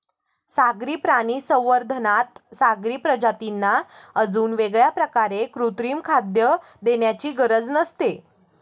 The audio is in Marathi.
सागरी प्राणी संवर्धनात सागरी प्रजातींना अजून वेगळ्या प्रकारे कृत्रिम खाद्य देण्याची गरज नसते